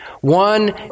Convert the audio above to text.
One